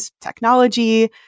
technology